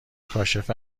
کاشف